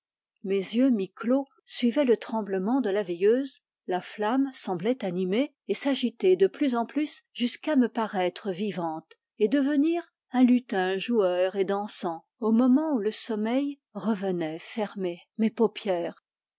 mes yeux mi-clos suivaient le tremblement de la veilleuse la flamme semblait animée et s'agiter de plus en plus jusqu'à me paraitre vivante et devenir un lutin joueur et dansant au moment où le sommeil revenait fermer mes paupières